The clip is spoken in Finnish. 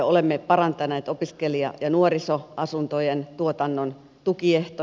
olemme parantaneet opiskelija ja nuorisoasuntojen tuotannon tukiehtoja